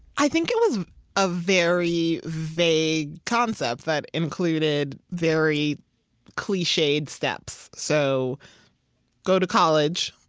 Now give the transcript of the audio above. i think it was a very vague concept that included very cliched steps, so go to college,